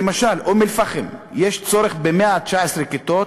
למשל, באום-אלפחם יש צורך ב-119 כיתות,